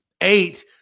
Eight